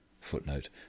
footnote